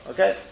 Okay